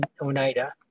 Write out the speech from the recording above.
Oneida